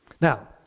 Now